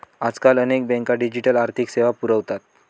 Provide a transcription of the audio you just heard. आजकाल अनेक बँका डिजिटल आर्थिक सेवा पुरवतात